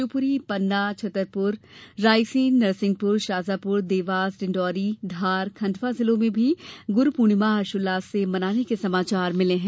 शिवपूरी पन्ना सतना छतरपूर रायसेन नरसिंहपुर शाजापुर डिण्डौरी धार खण्डवा जिलों में भी गुरूपूर्णिमा हर्षोल्लास से मनाने के समाचार मिले हैं